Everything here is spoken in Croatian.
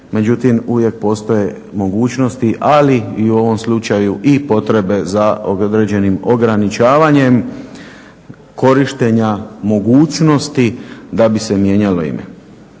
Međutim, uvijek postoje mogućnosti, ali i u ovom slučaju i potrebe za određenim ograničavanjem korištenja mogućnosti da bi se mijenjalo ime.